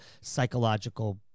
psychological